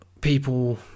people